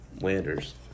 Landers